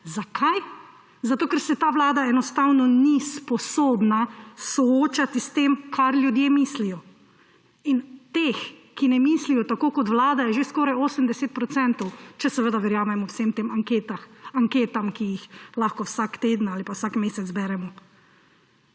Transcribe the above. Zakaj? Zato ker se ta vlada enostavno ni sposobna soočati s tem, kar ljudje mislijo. In teh, ki ne mislijo tako kot vlada, je že skoraj 80 procentov, če seveda verjamemo vsem tem anketam, ki jih lahko vsak teden ali pa vsak mesec beremo.